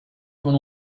con